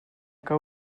que